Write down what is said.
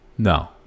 No